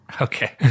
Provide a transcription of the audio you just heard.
Okay